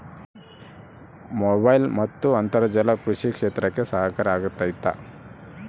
Mobile ಮತ್ತು ಅಂತರ್ಜಾಲ ಕೃಷಿ ಕ್ಷೇತ್ರಕ್ಕೆ ಸಹಕಾರಿ ಆಗ್ತೈತಾ?